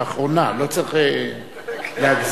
לאחרונה, לא צריך להגזים.